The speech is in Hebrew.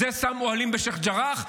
זה שם אוהלים בשייח' ג'ראח,